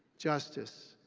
justice,